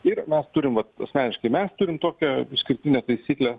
ir mes turim vat asmeniškai mes turim tokią išskirtinę taisyklę